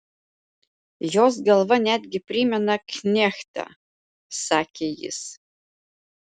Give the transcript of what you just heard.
jos galva netgi primena knechtą sakė jis